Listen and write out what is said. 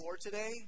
today